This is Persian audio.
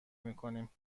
میکنیم